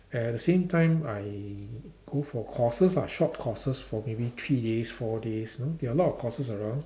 at the same time I go for courses lah short courses for maybe three days four days you know there are a lot of courses around